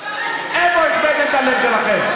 איפה החבאתם את הלב שלכם?